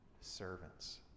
servants